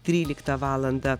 tryliktą valandą